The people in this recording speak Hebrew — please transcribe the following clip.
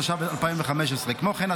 התשע"ו 2015. כמו כן,